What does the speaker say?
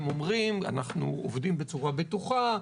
הם אומרים אנחנו עובדים בצורה בטוחה,